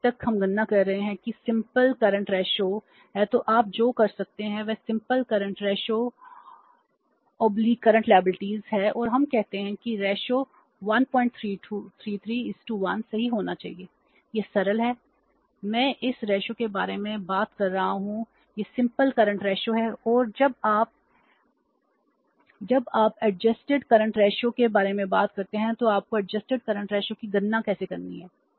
अब तक हम गणना कर रहे हैं कि सिंपल करंट रेशोंकी गणना कैसे करनी है